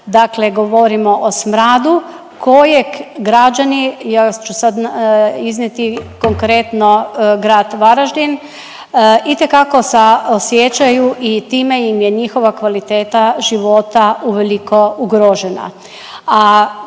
Dakle, govorimo o smradu kojeg građani, ja ću sad iznijeti konkretno grad Varaždin. Itekako se osjećaju i time im je njihova kvaliteta života uveliko ugrožena.